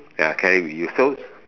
ya carry with you so